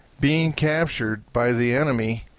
being captured by the enemy,